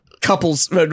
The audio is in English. couples